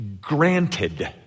granted